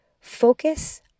focus